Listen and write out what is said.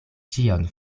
ĉion